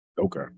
Okay